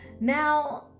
Now